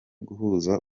guhuza